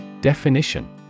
Definition